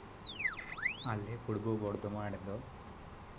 ᱟᱞᱮ ᱯᱩᱨᱵᱚ ᱵᱚᱨᱫᱷᱚᱢᱟᱱ ᱨᱮᱫᱚ